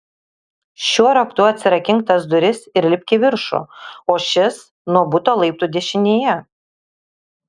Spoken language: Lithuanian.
šiuo raktu atsirakink tas duris ir lipk į viršų o šis nuo buto laiptų dešinėje